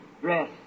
dress